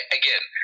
again